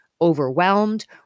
overwhelmed